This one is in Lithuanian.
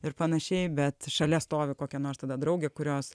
ir panašiai bet šalia stovi kokia nors tada draugė kurios